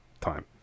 time